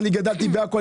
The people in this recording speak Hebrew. אני גדלתי בעכו,